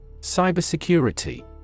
Cybersecurity